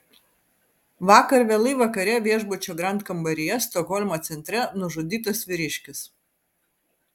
vakar vėlai vakare viešbučio grand kambaryje stokholmo centre nužudytas vyriškis